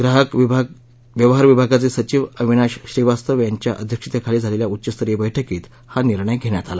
ग्राहक व्यवहार विभागाचे सचिव अविनाश श्रीवास्तव यांच्या अध्यक्षतेखाली झालेल्या उच्चस्तरीय बैठकीत हा निर्णय घेण्यात आला